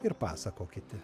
ir pasakokite